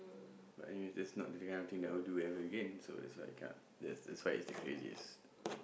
but anyways that's not the kind of thing I will do ever again so that's why I cannot that's that's why it's the craziest